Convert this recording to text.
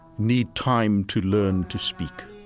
need time to learn to speak.